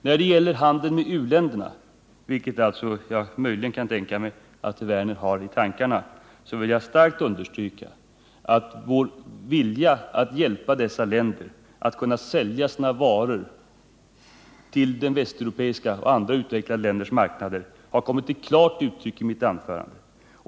När det gäller handeln med u-länderna, som jag möjligen kan föreställa mig att herr Werner har i tankarna, vill jag starkt understryka att vår vilja att hjälpa dessa länder att sälja sina varor på västeuropeiska och andra utvecklade länders marknader har kommit till klart uttryck i mitt anförande.